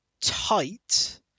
tight